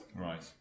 right